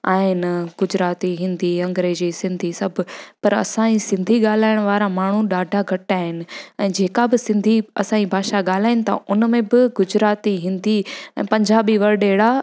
आहिनि गुजराती हिंदी अंग्रेजी सिंधी सभु असांजी सिंधी ॻाल्हाइण वारा माण्हू ॾाढा घटि आहिनि ऐं जेका बि सिंधी असांजी भाषा ॻाल्हाइनि था उन में बि गुजराती हिंदी ऐं पंजाबी वर्ड अहिड़ा